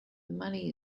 money